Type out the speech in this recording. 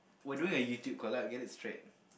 we're doing a YouTube collab get it straight